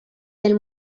del